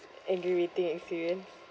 angry waiting experience